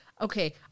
Okay